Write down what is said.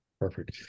Perfect